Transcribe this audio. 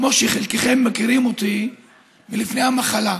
כמו שחלקכם מכירים אותי מלפני המחלה,